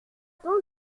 ton